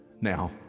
Now